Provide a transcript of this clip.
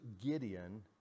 Gideon